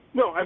no